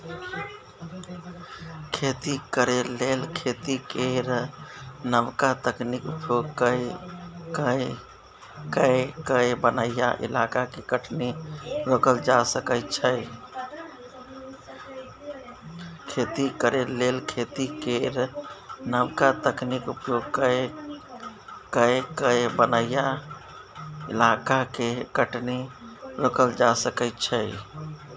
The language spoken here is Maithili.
खेती करे लेल खेती केर नबका तकनीक उपयोग कए कय बनैया इलाका के कटनी रोकल जा सकइ छै